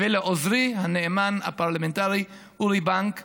לעוזרי הפרלמנטרי הנאמן אורי בנק.